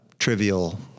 Trivial